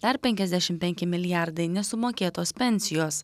dar penkiasdešim penki milijardai nesumokėtos pensijos